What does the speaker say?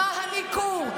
מה הניכור?